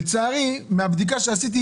לצערי מהבדיקה שעשיתי,